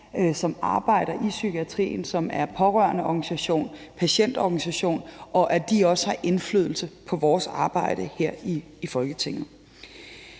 som arbejder i psykiatrien og er i pårørendeorganisationer og patientorganisationer, og at det er vigtigt, at de også har indflydelse på vores arbejde her i Folketinget.